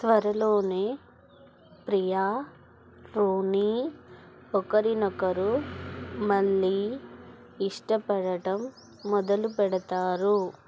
త్వరలోనే ప్రియా రోనీ ఒకరిని ఒకరు మళ్ళీ ఇష్టపడడం మొదలుపెడతారు